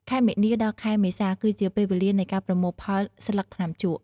ខែមីនា ដល់ ខែមេសា គឺជាពេលវេលានៃការប្រមូលផលស្លឹកថ្នាំជក់។